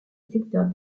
secteur